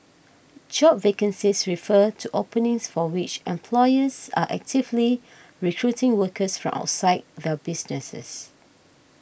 job vacancies refer to openings for which employers are actively recruiting workers from outside their businesses